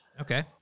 Okay